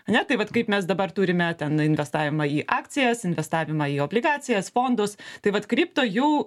ane tai vat kaip mes dabar turime ten investavimą į akcijas investavimą į obligacijas fondus tai vat kripto jau